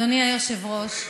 מצטער.